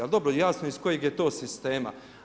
Ali dobro, jasno iz kojeg je to sistema.